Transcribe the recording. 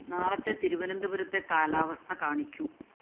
നാളത്തെ തിരുവനന്തപുരത്തെ കാലാവസ്ഥ കാണിക്കൂ